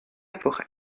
forêt